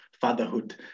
fatherhood